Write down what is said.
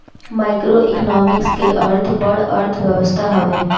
macroeconomics के अर्थ बड़ अर्थव्यवस्था हवे